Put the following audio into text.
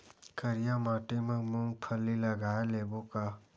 करिया माटी मा मूंग फल्ली लगय लेबों का?